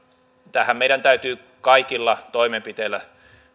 tähän meidän täytyy kaikilla toimenpiteillä